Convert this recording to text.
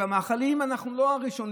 במאכלים אנחנו לא הראשונים,